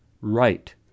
Right